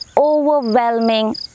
overwhelming